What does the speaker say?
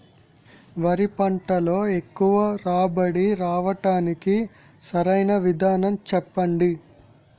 వరి పంటలో ఎక్కువ రాబడి రావటానికి సరైన విధానం చెప్పండి?